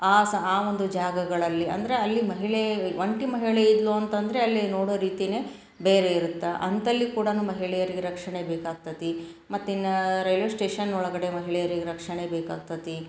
ಆ ಸ ಆ ಒಂದು ಜಾಗಗಳಲ್ಲಿ ಅಂದರೆ ಅಲ್ಲಿ ಮಹಿಳೆ ಒಂಟಿ ಮಹಿಳೆ ಇದ್ದಳು ಅಂತ ಅಂದರೆ ಅಲ್ಲಿ ನೋಡೋ ರೀತಿಯೇ ಬೇರೆ ಇರುತ್ತೆ ಅಂತಲ್ಲಿ ಕೂಡ ಮಹಿಳೆಯರಿಗೆ ರಕ್ಷಣೆ ಬೇಕಾಗ್ತತಿ ಮತ್ತಿನ್ನು ರೈಲ್ವೆ ಸ್ಟೇಷನ್ ಒಳಗಡೆ ಮಹಿಳೆಯರಿಗೆ ರಕ್ಷಣೆ ಬೇಕಾಗ್ತತಿ